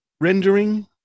rendering